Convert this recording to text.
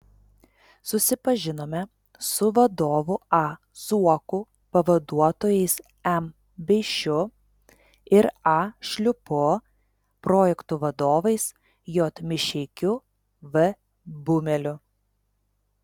susipažinome su vadovu a zuoku pavaduotojais m beišiu ir a šliupu projektų vadovais j mišeikiu v bumeliu